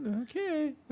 Okay